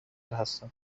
هستند